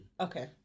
Okay